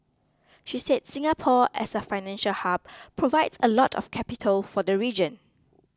she said Singapore as a financial hub provides a lot of capital for the region